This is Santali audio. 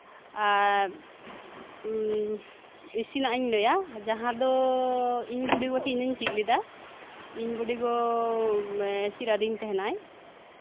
ᱮᱜ ᱤᱥᱤᱱᱟᱜ ᱤᱧ ᱞᱟᱹᱭᱟ ᱡᱟᱸᱦᱟ ᱫᱚ ᱤᱧ ᱵᱩᱰᱤᱜᱚ ᱴᱷᱮᱱᱤᱧ ᱪᱮᱫ ᱞᱮᱫᱟ ᱤᱧ ᱵᱩᱰᱤᱜᱚ ᱪᱮᱫ ᱟᱹᱫᱤᱧ ᱛᱟᱸᱦᱮᱱᱟᱭ